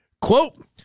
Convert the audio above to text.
Quote